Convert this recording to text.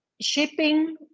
Shipping